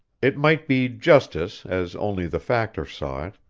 it might be justice as only the factor saw it,